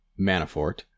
Manafort